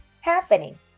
happening